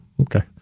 Okay